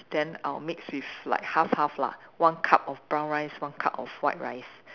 then I'll mix with like half half lah one cup of brown rice one cup of white rice